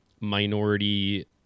minority